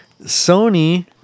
Sony